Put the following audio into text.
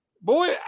Boy